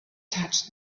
touched